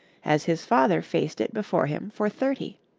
as his father faced it before him for thirty.